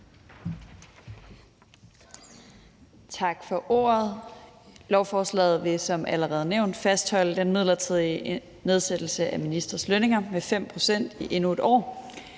Tak for ordet. Lovforslaget vil som allerede nævnt fastholde den midlertidige nedsættelse af ministres lønninger med 5 pct. i endnu 1 år.